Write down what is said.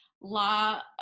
Law